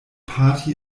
party